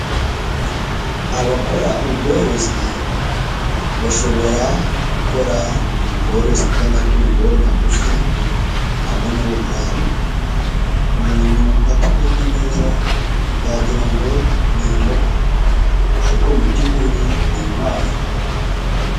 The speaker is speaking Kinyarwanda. Abakora ubworozi bashobora gukora ubworozi bw'amatungo magufi nka buno buri aha, umuntu atarebye neza yagira ngo ni inkoko ariko mu by'ukuri ni inkwavu.